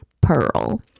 Pearl